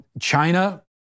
China